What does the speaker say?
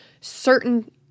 certain –